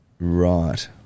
Right